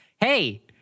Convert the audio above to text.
Hey